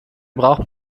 braucht